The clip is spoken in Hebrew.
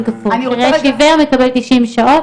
חירש עיוור מקבל תשעים שעות,